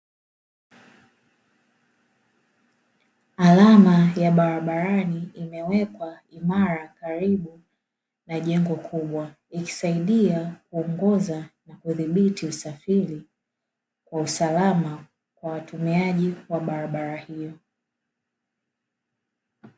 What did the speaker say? Alama ya barabarani imewekwa imara karibu na jengo kubwa, ikisaidia kuongoza na kudhibiti usafiri, kwa usalama kwa watumiaji wa barabara hiyo.